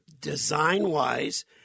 Design-wise